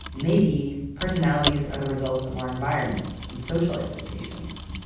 and maybe personalities are the results of our environments and social expectations.